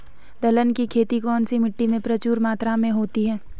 दलहन की खेती कौन सी मिट्टी में प्रचुर मात्रा में होती है?